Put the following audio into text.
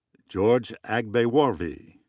george agbeworvi.